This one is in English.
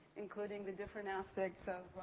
including the different aspects of